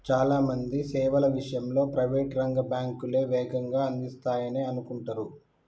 చాలా మంది సేవల విషయంలో ప్రైవేట్ రంగ బ్యాంకులే వేగంగా అందిస్తాయనే అనుకుంటరు